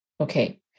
Okay